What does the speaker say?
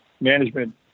management